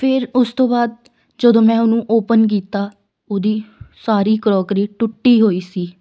ਫਿਰ ਉਸ ਤੋਂ ਬਾਅਦ ਜਦੋਂ ਮੈਂ ਉਹਨੂੰ ਓਪਨ ਕੀਤਾ ਉਹਦੀ ਸਾਰੀ ਕਰੋਕਰੀ ਟੁੱਟੀ ਹੋਈ ਸੀ